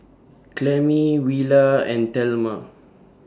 Clemie Willa and Thelma